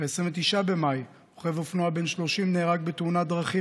ב-29 במאי רוכב אופנוע בן 30 נהרג בתאונת דרכים